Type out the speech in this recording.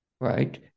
right